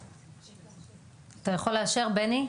ה-MRI?